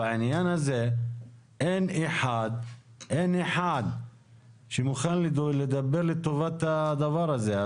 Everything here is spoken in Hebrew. בעניין הזה אין אחד שמוכן לדבר לטובת הדבר הזה.